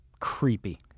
creepy